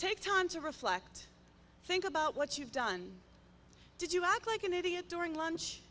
take time to reflect think about what you've done did you act like an idiot during lunch